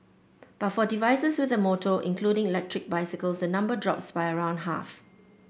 but for devices with a motor including electric bicycles the number drops by around half